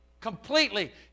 completely